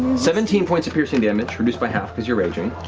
seventeen points of piercing damage, reduced by half, because you're raging.